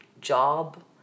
job